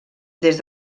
des